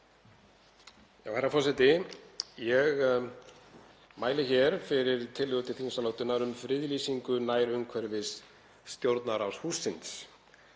Ég mæli hér fyrir tillögu til þingsályktunar um friðlýsingu nærumhverfis Stjórnarráðshússins.